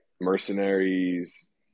Mercenaries